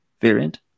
variant